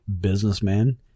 businessman